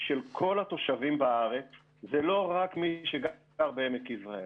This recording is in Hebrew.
של כל התושבים בארץ, זה לא רק מי שגר בעמק יזרעאל.